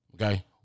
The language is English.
Okay